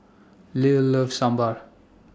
Lilie loves Sambar